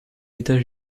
état